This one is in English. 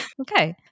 Okay